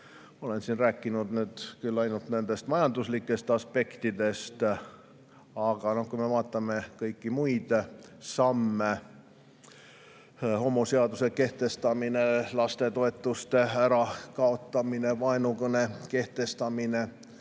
Olen siin rääkinud nüüd küll ainult majanduslikest aspektidest, aga kui me vaatame kõiki muid samme – homoseaduse kehtestamine, lastetoetuste ärakaotamine, vaenukõne[sätte] kehtestamine,